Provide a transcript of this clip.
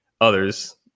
others